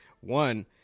one